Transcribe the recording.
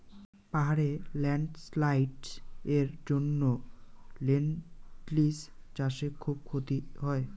পাহাড়ে ল্যান্ডস্লাইডস্ এর জন্য লেনটিল্স চাষে খুব ক্ষতি হয়